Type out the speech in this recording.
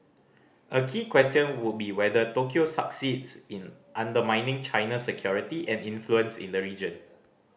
a key question would be whether Tokyo succeeds in undermining China's security and influence in the region